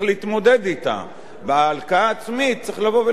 בהלקאה העצמית צריך לבוא ולומר: אנחנו רוצים להיות